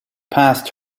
passed